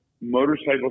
motorcycle